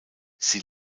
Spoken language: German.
sie